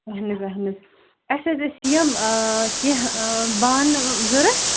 اہن حظ اہن حظ أسہِ حظ ٲسۍ یِم ٲں کیٚنٛہہ ٲں بانہٕ ضروٗرت